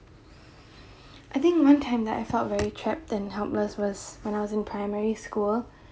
I think one time that I felt very trap and helpless was when I was in primary school